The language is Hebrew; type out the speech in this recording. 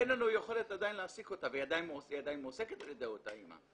אין לנו יכולת עדיין להעסיק אותה והיא עדיין מועסקת על ידי אותה אמא.